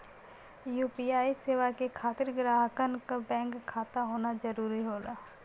UPI सेवा के खातिर ग्राहकन क बैंक खाता होना जरुरी होला